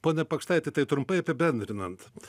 pone pakštaiti tai trumpai apibendrinant